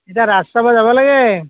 এতিয়া ৰাস চাব যাব লাগে